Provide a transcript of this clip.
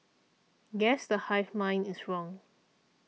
guess the hive mind is wrong